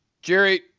Jerry